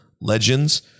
legends